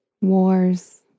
wars